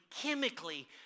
chemically